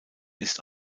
ist